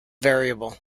variable